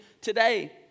today